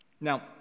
Now